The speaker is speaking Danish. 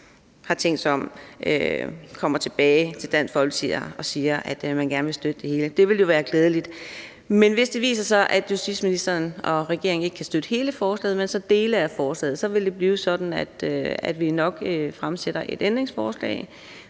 have tænkt sig om kommer tilbage til Dansk Folkeparti og siger, at man gerne vil støtte det hele, ville det være glædeligt, men hvis det viser sig, at justitsministeren og regeringen ikke kan støtte hele forslaget, men dele af forslaget, vil det blive sådan, at vi nok stiller et ændringsforslag